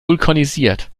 vulkanisiert